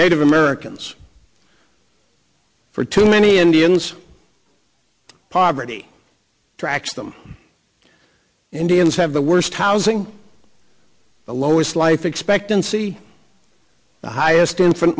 native americans for too many indians poverty tracked them indians have the worst housing the lowest life expectancy the highest infant